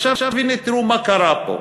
עכשיו, הנה, תראו מה קרה פה: